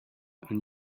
and